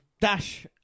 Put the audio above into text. Dash